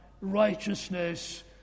righteousness